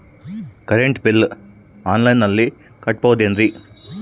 Current bill ಆನ್ಲೈನಿನಲ್ಲಿ ಕಟ್ಟಬಹುದು ಏನ್ರಿ?